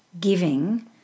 giving